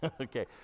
Okay